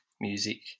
music